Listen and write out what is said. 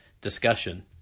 discussion